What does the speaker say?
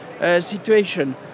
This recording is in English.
situation